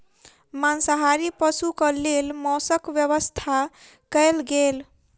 मांसाहारी पशुक लेल मौसक व्यवस्था कयल गेल